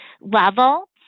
level